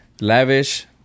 Lavish